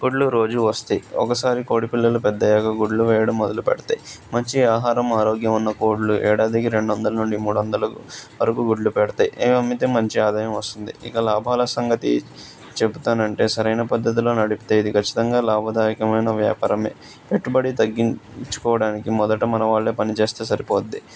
గుడ్లు రోజు వస్తాయి ఒకసారి కోడిపిల్లలు పెద్దయ్యాక గుడ్లు వేయడం మొదలు పెడతాయి మంచి ఆహారం ఆరోగ్యం ఉన్న కోళ్ళు ఏడాదికి రెండు వందల నుండి మూడు వందలు వరకు గుడ్లు పెడతాయి ఇవి అమ్మితే మంచి ఆదాయం వస్తుంది ఇక లాభాల సంగతి చెబుతానంటే సరైన పద్ధతిలో నడిపితే ఇది ఖచ్చితంగా లాభదాయకమైన వ్యాపారమే పెట్టుబడి తగ్గించుకోవడానికి మొదట మనవాళ్ళే పనిచేస్తే సరిపోతుంది